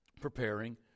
preparing